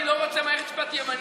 אני לא רוצה מערכת משפט ימנית.